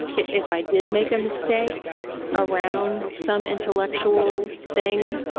if i did make a mistake around some intellectual thing,